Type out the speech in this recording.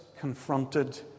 confronted